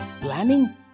Planning